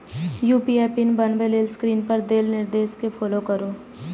UPI pin बनबै लेल screen पर देल निर्देश कें फॉलो करू